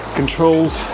controls